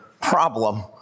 problem